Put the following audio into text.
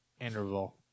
interval